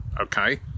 okay